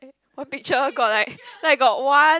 one picture got like then I got one